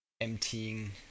emptying